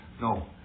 No